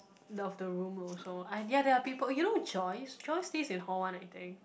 love the room also ah there're there're people you know Joyce Joyce stays in hall one I think